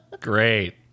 Great